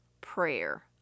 prayer